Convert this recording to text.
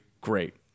great